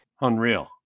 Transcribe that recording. Unreal